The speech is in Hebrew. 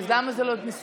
אז למה זה לא נתפס?